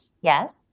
Yes